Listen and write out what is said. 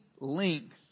length